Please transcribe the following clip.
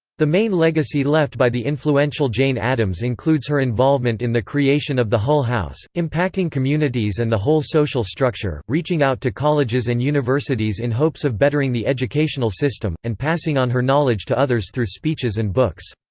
the main legacy left by the influential jane addams includes her involvement in the creation of the hull house, impacting communities and the whole social structure, reaching out to colleges and universities in hopes of bettering the educational system, and passing on her knowledge to others through speeches and books.